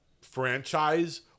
franchise